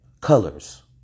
colors